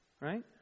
Right